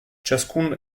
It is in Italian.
ciascun